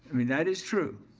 i mean, that is true.